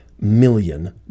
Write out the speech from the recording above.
million